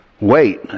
Wait